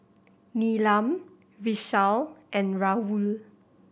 Neelam Vishal and Rahul